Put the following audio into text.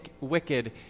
wicked